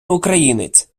українець